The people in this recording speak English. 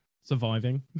Surviving